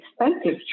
expensive